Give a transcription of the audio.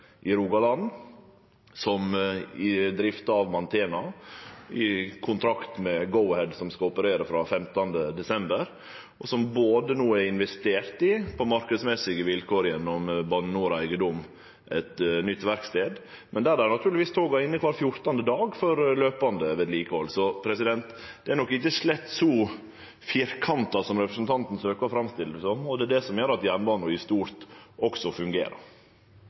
i Rogaland, som er drifta av Mantena, i kontrakt med Go-Ahead, som skal operere frå 15. desember, og som no har investert i – på marknadsmessige vilkår, gjennom Bane NOR Eiendom – ein ny verkstad. Der er naturlegvis toga inne kvar fjortande dag for løpande vedlikehald. Så det er nok slett ikkje så firkanta som representanten søker å framstille det som, og det er det som gjer at jernbanen i stort også fungerer.